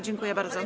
Dziękuję bardzo.